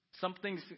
Something's